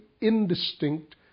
indistinct